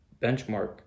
benchmark